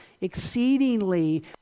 exceedingly